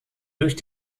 durch